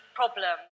problem